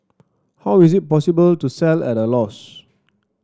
how is it possible to sell at a loss